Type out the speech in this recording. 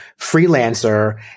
freelancer